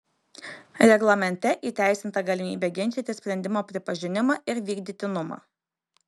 reglamente įteisinta galimybė ginčyti sprendimo pripažinimą ir vykdytinumą